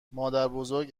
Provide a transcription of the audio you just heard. مادربزرگ